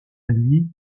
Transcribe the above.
lui